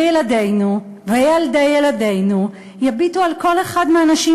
וילדינו וילדי ילדינו יביטו על כל אחד מהאנשים